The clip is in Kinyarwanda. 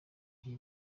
iki